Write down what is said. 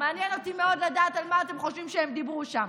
מעניין אותי מאוד לדעת על מה אתם חושבים שהם דיברו שם.